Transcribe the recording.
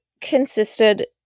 consisted